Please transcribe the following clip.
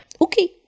Okay